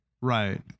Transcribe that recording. Right